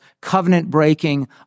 covenant-breaking